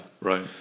Right